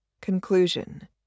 Conclusion